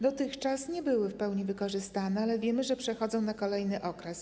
Dotychczas nie były w pełni wykorzystane, ale wiemy, że przechodzą na kolejny okres.